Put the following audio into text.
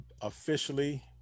officially